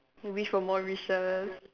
you wish for more wishes